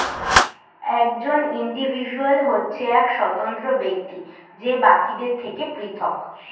একজন ইন্ডিভিজুয়াল হচ্ছে এক স্বতন্ত্র ব্যক্তি যে বাকিদের থেকে পৃথক